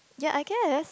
ya I guess